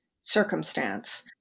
circumstance